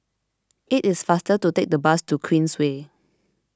it is faster to take the bus to Queensway